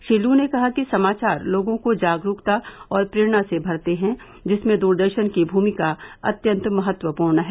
Shri Lu ने कहा कि समाचार लोगों को जागरूकता और प्रेरणा से भरते हैं जिसमें दूरदर्शन की भूमिका अत्यन्त महत्वपूर्ण है